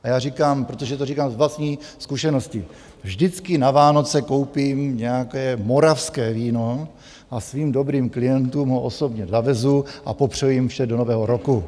A já říkám, protože to říkám z vlastní zkušenosti, vždycky na Vánoce koupím nějaké moravské víno a svým dobrým klientům ho osobně zavezu a popřeji jim vše do nového roku.